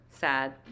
sad